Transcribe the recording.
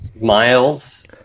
miles